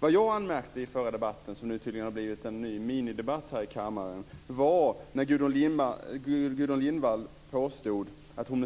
Det jag anmärkte på i den förra debatten - och det har tydligen blivit en ny minidebatt här i kammaren - var att Gudrun Lindvall med